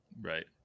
right